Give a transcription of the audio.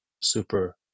super